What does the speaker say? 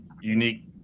unique